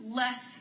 less